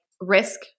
risk